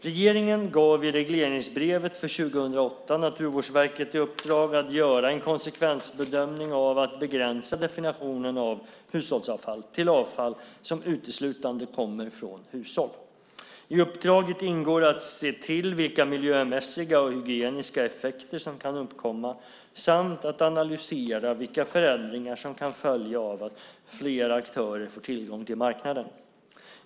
Regeringen gav i regleringsbrevet för 2008 Naturvårdsverket i uppdrag att göra en konsekvensbedömning av att begränsa definitionen av hushållsavfall till avfall som uteslutande kommer från hushåll. I uppdraget ingår att se till vilka miljömässiga och hygieniska effekter som kan uppkomma samt att analysera vilka förändringar som kan följa av att flera aktörer får tillgång till marknaden.